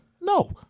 no